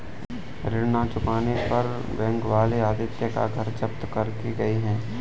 ऋण ना चुकाने पर बैंक वाले आदित्य का घर जब्त करके गए हैं